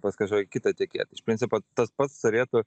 pas kažkokį kitą tiekėją tai iš principo tas pats turėtų